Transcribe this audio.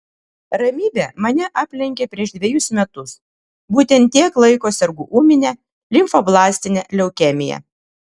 ramybė mane aplenkė prieš dvejus metus būtent tiek laiko sergu ūmine limfoblastine leukemija